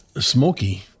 smoky